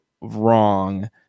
wrong